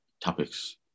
topics